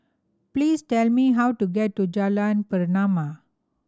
please tell me how to get to Jalan Pernama